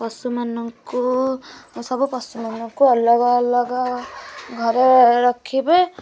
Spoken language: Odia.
ପଶୁ ମାନଙ୍କୁ ସବୁ ପଶୁ ମାନଙ୍କୁ ଅଲଗା ଅଲଗା ଘରେ ରଖିବେ